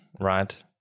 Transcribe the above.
right